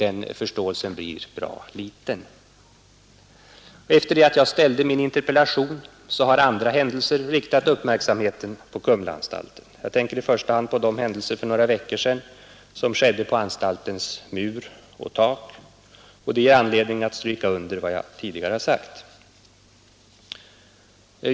Efter det att jag ställde min interpellation har andra händelser riktat uppmärksamheten på Kumlaanstalten, jag tänker i första hand på händelserna för några veckor sedan på anstaltens mur och tak. Det ger anledning att ytterligare stryka under vad jag tidigare sagt.